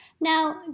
Now